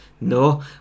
no